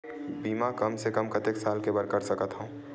बीमा कम से कम कतेक साल के बर कर सकत हव?